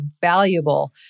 valuable